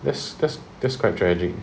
that's that's that's quite tragic